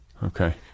Okay